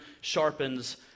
sharpens